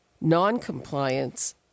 noncompliance